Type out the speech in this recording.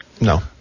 No